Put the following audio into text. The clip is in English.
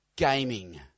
gaming